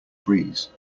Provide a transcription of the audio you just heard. breeze